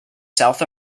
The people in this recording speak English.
south